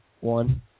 one